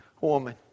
woman